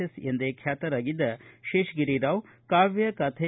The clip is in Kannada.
ಎಸ್ ಎಂದೇ ಖ್ಯಾತರಾಗಿದ್ದ ಶೇಷಗಿರಿರಾವ್ ಕಾವ್ಯ ಕಥೆ